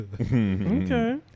Okay